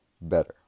better